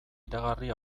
iragarri